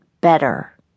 better